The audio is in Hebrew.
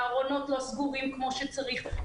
הארונות לא סגורים כמו שצריך,